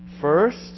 First